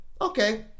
Okay